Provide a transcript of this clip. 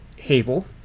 Havel